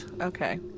okay